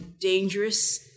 dangerous